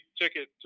ticket